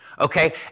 Okay